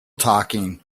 talking